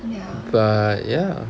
ya